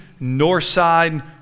Northside